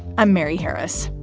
i'm mary harris.